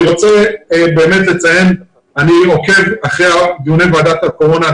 אני רוצה לציין שאני עוקב אחרי דיוני ועדת הקורונה,